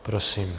Prosím.